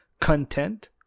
content